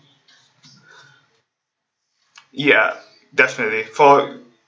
ya definitely for